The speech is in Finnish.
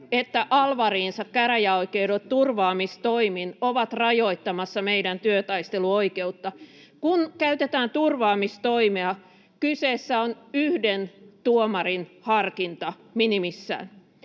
että alvariinsa käräjäoikeudet turvaamistoimin ovat rajoittamassa meidän työtaisteluoikeutta. Kun käytetään turvaamistoimea, kyseessä on yhden tuomarin harkinta minimissään.